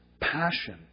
passion